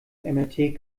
mrt